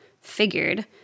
Figured